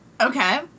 okay